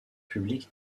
public